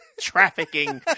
trafficking